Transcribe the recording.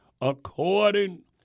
according